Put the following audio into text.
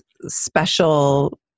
special